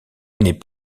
n’est